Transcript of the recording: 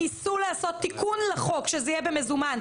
ניסו לעשות תיקון לחוק שזה יהיה במזומן.